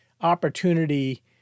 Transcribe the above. opportunity